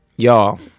Y'all